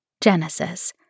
Genesis